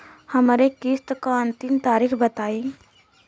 हमरे किस्त क अंतिम तारीख बताईं?